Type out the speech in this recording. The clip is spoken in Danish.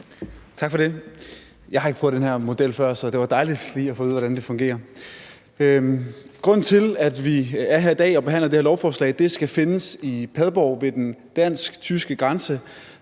Tak for det. Jeg har ikke prøvet den her model før, så det var dejligt lige at få at vide, hvordan det fungerer. Grunden til, at vi er her i dag og behandler det her lovforslag, skal findes i Padborg ved den dansk-tyske grænse,